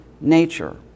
nature